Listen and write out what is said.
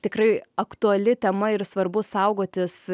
tikrai aktuali tema ir svarbu saugotis